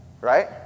right